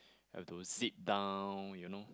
I have to zip down you know